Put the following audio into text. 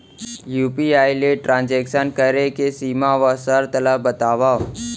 UPI ले transaction करे के सीमा व शर्त ला बतावव?